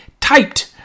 typed